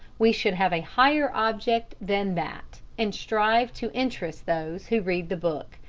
we should have a higher object than that, and strive to interest those who read the book.